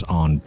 on